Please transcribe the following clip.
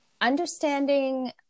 understanding